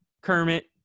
Kermit